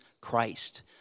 Christ